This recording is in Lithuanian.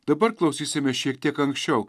dabar klausysimės šiek tiek anksčiau